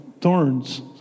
thorns